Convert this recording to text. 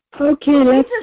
Okay